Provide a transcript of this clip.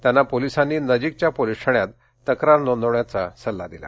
त्यांना पोलिसांनी नजिकच्या पोलीस ठाण्यात तक्रार नोंदवण्याचा सल्ला दिला